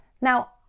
Now